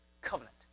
covenant